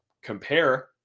compare